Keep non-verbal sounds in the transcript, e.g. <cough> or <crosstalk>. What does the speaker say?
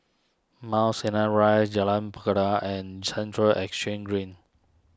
Mount Sinai Rise Jalan <unintelligible> and Central Exchange Green